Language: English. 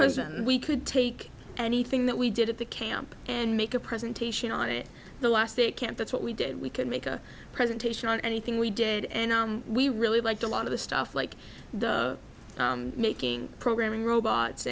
most and we could take anything that we did at the camp and make a presentation on it the last day camp that's what we did we can make a presentation on anything we did and we really liked a lot of the stuff like the making programming robots